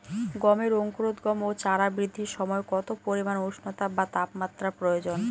গমের অঙ্কুরোদগম ও চারা বৃদ্ধির সময় কত পরিমান উষ্ণতা বা তাপমাত্রা প্রয়োজন?